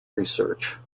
research